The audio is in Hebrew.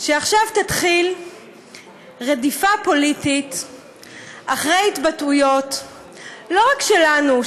שעכשיו תתחיל רדיפה פוליטית אחרי התבטאויות לא רק שלנו,